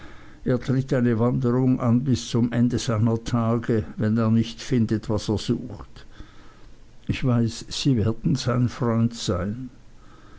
er tritt eine wanderung an bis zum ende seiner tage wenn er nicht findet was er sucht ich weiß sie werden sein freund sein